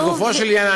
לגופו של עניין,